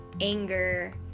anger